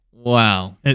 Wow